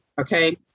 okay